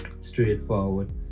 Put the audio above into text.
straightforward